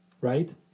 right